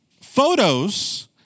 photos